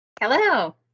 hello